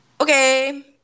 Okay